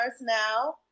now